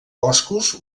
boscos